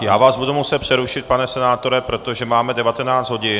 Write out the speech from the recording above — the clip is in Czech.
Já vás budu muset přerušit, pane senátore, protože máme 19 hodin.